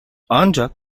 ancak